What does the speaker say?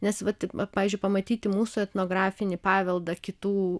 nes vat pavyzdžiui pamatyti mūsų etnografinį paveldą kitų